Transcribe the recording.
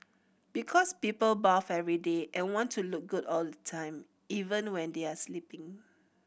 because people bath every day and want to look good all the time even when they are sleeping